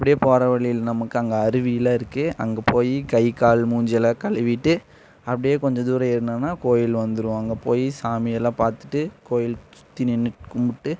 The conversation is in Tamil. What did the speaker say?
இப்படியே போகிற வழியில் நமக்கு அங்கே அருவியெலாம் இருக்குது அங்கே போய் கை கால் மூஞ்சியெல்லாம் கழுவிட்டு அப்படியே கொஞ்சம் தூரம் ஏறுனோம்னா கோயில் வந்துடும் அங்கே போய் சாமியெல்லாம் பார்த்துட்டு கோயில் சுற்றி நின்று கும்பிட்டு